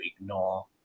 ignore